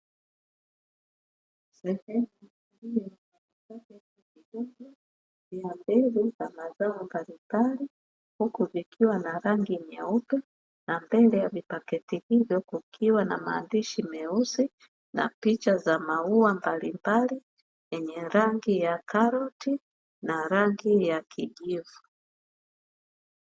Sehemu kubwa ya duka aina supamaketi linalouza paketi za bidhaa za mazao mbalimbali. huku vikiwa na rangi nyeupe na mbele yake kukiwa na maandishi meusi na picha za maua mbalimbali yenye rangi ya karoti na rangi ya kijivu.